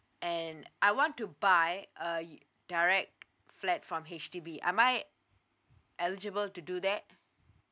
and I want to buy uh direct flat from H_D_B am I eligible to do that